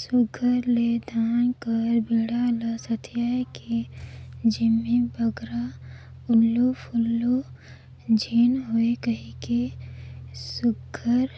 सुग्घर ले धान कर बीड़ा ल सथियाए के जेम्हे बगरा उलु फुलु झिन होए कहिके सुघर